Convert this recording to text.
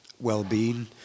wellbeing